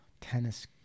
tennis